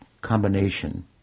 combination